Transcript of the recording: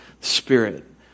Spirit